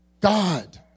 God